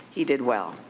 he did well.